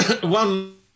one